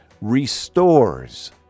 restores